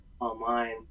online